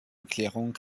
erklärung